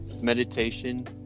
meditation